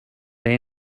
they